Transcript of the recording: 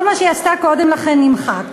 כל מה שהיא עשתה קודם לכן נמחק.